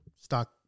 stock